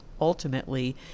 ultimately